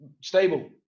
stable